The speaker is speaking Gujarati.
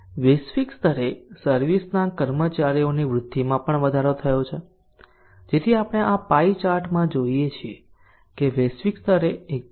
વૈશ્વિક સ્તરે સર્વિસ ના કર્મચારીઓની વૃદ્ધિમાં પણ વધારો થયો છે જેથી આપણે આ પાઇ ચાર્ટમાંથી જોઈએ છીએ કે વૈશ્વિક સ્તરે 41